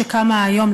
שקמה היום,